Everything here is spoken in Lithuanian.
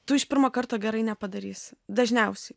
tu iš pirmo karto gerai nepadarysi dažniausiai